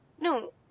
No